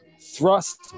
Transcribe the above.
thrust